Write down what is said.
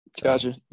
Gotcha